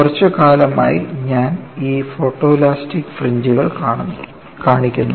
കുറച്ചുകാലമായി ഞാൻ ഈ ഫോട്ടോലാസ്റ്റിക് ഫ്രിഞ്ച്കൾ കാണിക്കുന്നു